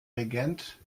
regent